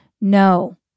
No